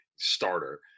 starter